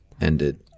ended